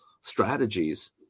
strategies